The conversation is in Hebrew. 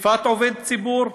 תקיפת עובד ציבור,